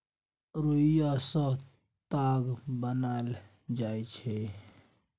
रुइया सँ ताग बनाएल जाइ छै